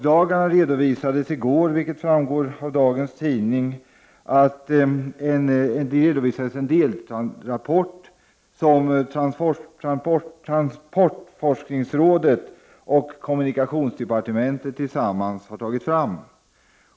Där redovisades i går, vilket framgår av dagens tidningar, en delrapport som transportforskningsrådet och kommunikationsdepartementet tillsammans har tagit fram.